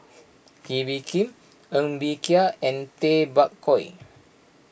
Kee Bee Khim Ng Bee Kia and Tay Bak Koi